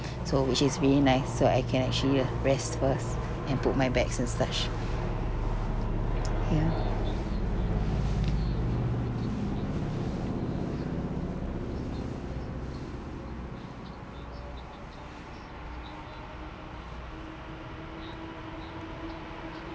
so which is really nice so I can actually uh rest first and put my bags and such ya